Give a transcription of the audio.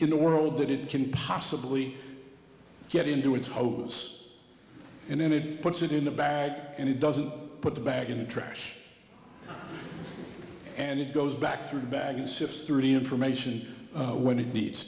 in the world that it can possibly get into it's hopeless and then it puts it in a bag and it doesn't put the bag in the trash and it goes back through the bag and sift through the information when he needs